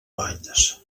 valls